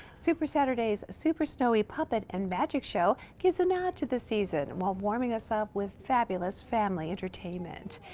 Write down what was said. super saturday's super snowy puppet and magic show gives a nod to the season while warming us up with fabulous family entertainment.